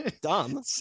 dumb